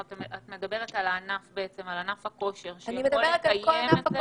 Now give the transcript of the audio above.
את מדברת על ענף הכושר שיכול לקיים את זה,